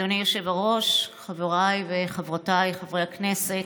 אדוני היושב-ראש, חבריי וחברותיי חברי הכנסת,